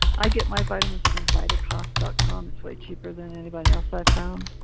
i get my vitamins from vitacost ah com, it's way cheaper than anybody else i've found.